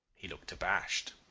he looked abashed.